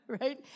right